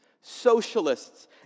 Socialists